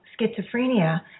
schizophrenia